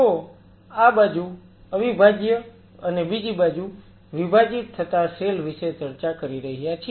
તો આ બાજુ અવિભાજ્ય અને બીજી બાજુ વિભાજીત થતા સેલ વિશે ચર્ચા કરી રહ્યા છીએ